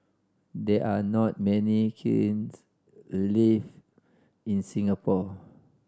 there are not many kilns leaf in Singapore